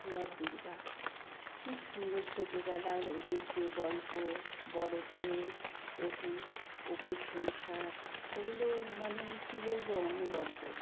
অপু আর দুর্গা কি সুন্দর ছোটবেলার ওদের যে গল্প বড় হয়ে অপু অপুর সংসার ওগুলো মানে কি বলব অনবদ্য